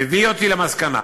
מביאה אותי למסקנה,